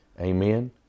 Amen